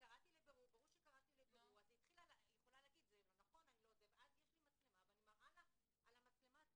ברור שקראתי לבירור ואז יש לי מצלמה ואני מראה לה על המצלמה.